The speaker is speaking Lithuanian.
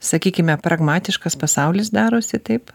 sakykime pragmatiškas pasaulis darosi taip